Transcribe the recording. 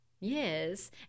yes